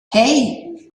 hei